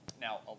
Now